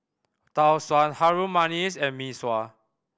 Tau Suan Harum Manis and Mee Sua